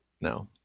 No